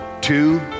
two